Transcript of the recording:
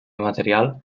material